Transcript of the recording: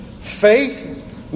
Faith